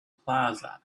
plaza